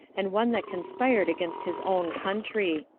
and one that conspired against his own country.